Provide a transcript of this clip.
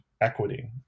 equity